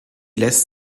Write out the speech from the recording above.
lässt